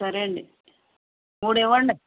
సరే అండి మూడు ఇవ్వండి